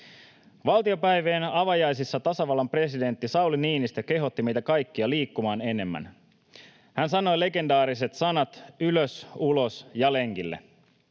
Valtiopäivien avajaisissa tasavallan presidentti Sauli Niinistö kehotti meitä kaikkia liikkumaan enemmän. Hän sanoi legendaariset sanat ”ylös, ulos ja lenkille”.